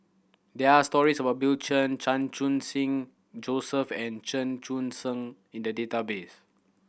there are stories about Bill Chen Chan Khun Sing Joseph and Chen Sucheng in the database